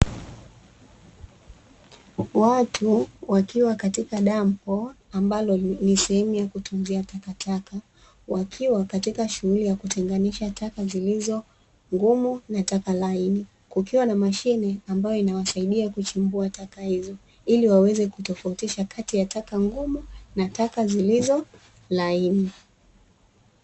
Watu wakiwa katika dampo ambalo ni sehemu ya kutunzia takataka , wakiwa katika shughuli ya kutenganisha taka zilizo ngumu na taka laini, kukiwa na mashine ambayo inawasaidia kuchambua taka hizo ili waweze kutofautisha taka ngumu na taka zilizo laini.